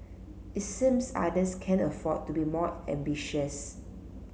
it seems others can afford to be more ambitious